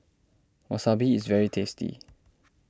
Wasabi is very tasty